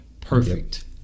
Perfect